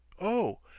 oh,